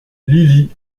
lily